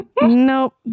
Nope